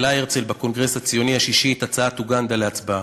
העלה הרצל בקונגרס הציוני השישי את הצעת אוגנדה להצבעה.